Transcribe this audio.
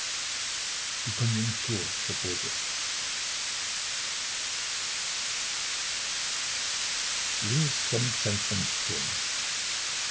die konjunktur verbot es links vom